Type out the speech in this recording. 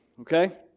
okay